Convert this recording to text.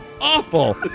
awful